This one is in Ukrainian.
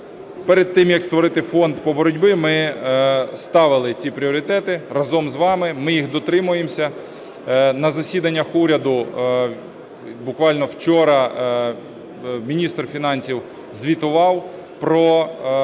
Перед тим, як створити фон по боротьбі, ми ставили ці пріоритети разом з вами, ми їх дотримуємося. На засіданнях уряду, буквально вчора, міністр фінансів звітував про